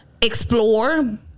explore